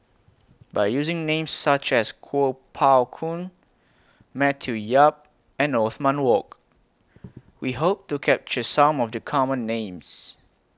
By using Names such as Kuo Pao Kun Matthew Yap and Othman Wok We Hope to capture Some of The Common Names